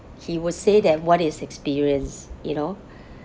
he will say that what is experience you know ya